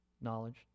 knowledge